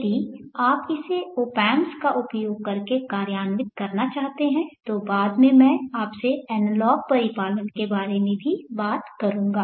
यदि आप इसे ओप एम्पस का उपयोग करके कार्यान्वित करना चाहते हैं तो बाद में मैं आपसे एनालॉग परिपालन के बारे में भी बात करूंगा